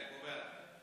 ההצעה להעביר את